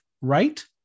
right